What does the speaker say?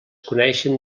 coneixen